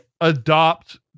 adopt